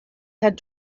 had